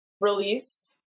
release